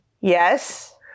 Yes